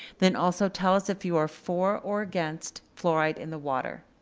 then also tell us if you are for or against fluoride in the water.